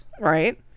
Right